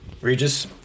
Regis